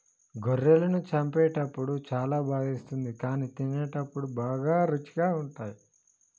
గొర్రెలను చంపేటప్పుడు చాలా బాధేస్తుంది కానీ తినేటప్పుడు బాగా రుచిగా ఉంటాయి